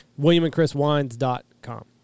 Williamandchriswines.com